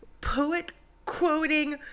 poet-quoting